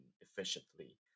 efficiently